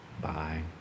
Bye